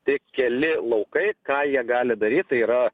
tik keli laukai ką jie gali daryt tai yra